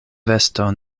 vesto